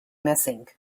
missing